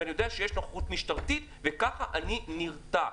ואני יודע שיש נוכחות משטרתית וככה אני נרתע.